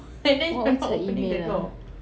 what was her email ah